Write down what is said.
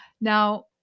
Now